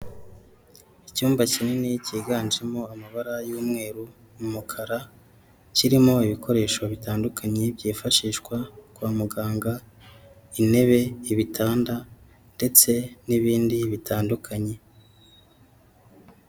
Icyumba kinini cyiganjemo amabara y'umweru, umukara, kirimo ibikoresho bitandukanye byifashishwa kwa muganga intebe, ibitanda ndetse n'ibindi bitandukanye.